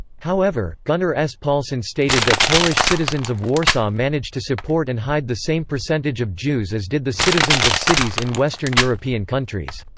however, gunnar s. paulsson stated that polish citizens of warsaw managed to support and hide the same percentage of jews as did the citizens of cities in western european countries.